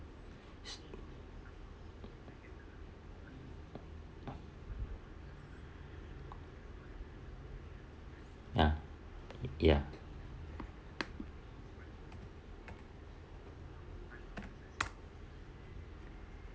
ya ya